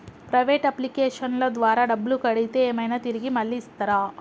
Private అప్లికేషన్ల ద్వారా డబ్బులు కడితే ఏమైనా తిరిగి మళ్ళీ ఇస్తరా?